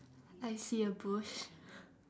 I see a bush